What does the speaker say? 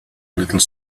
little